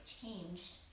changed